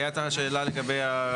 הייתה שאלה לגבי,